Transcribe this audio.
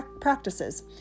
practices